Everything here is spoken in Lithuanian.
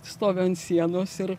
stoviu ant sienos ir